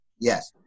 Yes